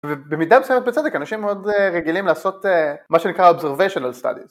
ובמידה מסוימת בצדק אנשים מאוד רגילים לעשות מה שנקרא Observational Studies